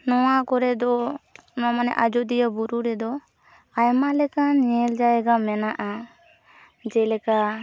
ᱱᱚᱣᱟ ᱠᱚᱨᱮᱫᱚ ᱢᱟᱱᱮ ᱟᱡᱳᱫᱤᱭᱟᱹ ᱵᱩᱨᱩᱨᱮ ᱫᱚ ᱟᱭᱢᱟ ᱞᱮᱠᱟᱱ ᱧᱮᱞ ᱡᱟᱭᱜᱟ ᱢᱮᱱᱟᱜᱼᱟ ᱡᱮᱞᱮᱠᱟ